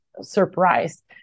surprised